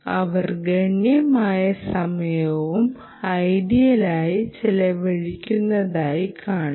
അവർ ഗണ്യമായ സമയവും ഐഡിയലായി ചെലവഴിക്കുന്നതായി കാണാം